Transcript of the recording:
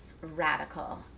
radical